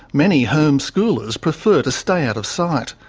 many homeschoolers prefer to stay out of sight.